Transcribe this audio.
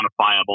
quantifiable